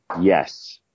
Yes